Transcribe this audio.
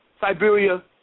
Siberia